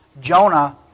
Jonah